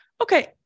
okay